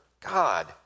God